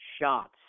shots